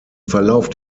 verlauf